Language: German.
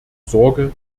sorge